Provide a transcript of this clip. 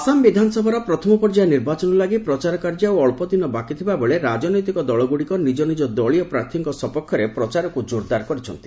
ଆସାମ ବିଧାନସଭାର ପ୍ରଥମ ପର୍ଯ୍ୟାୟ ନିର୍ବାଚନ ଲାଗି ପ୍ରଚାର କାର୍ଯ୍ୟ ଆଉ ଅକ୍ଷଦିନ ବାକି ଥିବାବେଳେ ରାଜନୈତିକ ଦଳଗୁଡିକ ନିକ ନିକ ଦଳୀୟ ପ୍ରାର୍ଥୀଙ୍କ ସପକ୍ଷରେ ପ୍ରଚାରକୁ ଜୋରଦାର କରିଛନ୍ତି